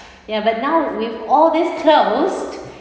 ya but now with all these closed